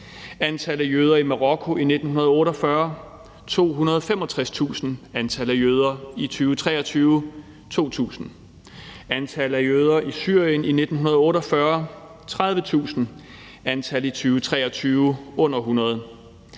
Antallet af jøder i Marokko i 1948: 265.000, antallet af jøder i 2023: 2.000. Antallet af jøder i Syrien i 1948: 30.000, antallet af jøder i 2023: under 100.